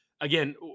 again